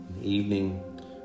Evening